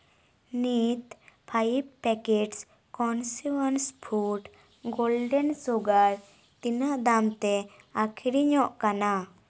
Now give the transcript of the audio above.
ᱱᱤᱛ five packets convenience food golden sugar ᱛᱤᱱᱟᱹᱜ ᱫᱟᱢ ᱛᱮ ᱟᱠᱷᱨᱤᱧᱚᱜ ᱠᱟᱱᱟ